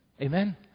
Amen